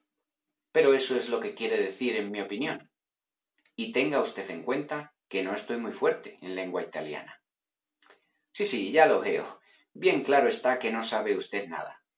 pero eso es lo que quiere decir en mi opinión y tenga usted en cuenta que no estoy muy fuerte en lengua italiana sí sí ya lo veo bien claro está que no sabe usted nada